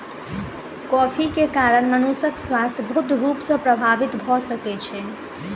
coffee के कारण मनुषक स्वास्थ्य बहुत रूप सॅ प्रभावित भ सकै छै